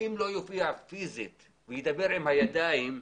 אם לא יופיע פיזית וידבר עם הידיים,